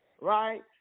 right